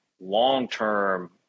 long-term